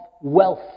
wealth